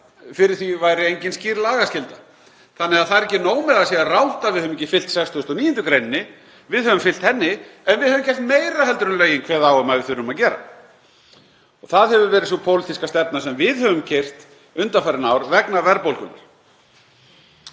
fyrir því væri engin skýr lagaskylda. Þannig að það er ekki nóg með að það sé rangt að við höfum ekki fylgt 69. gr., við höfum fylgt henni og við höfum gert meira en lögin kveða á um að við þurfum að gera. Það hefur verið sú pólitíska stefna sem við höfum keyrt undanfarin ár vegna verðbólgunnar.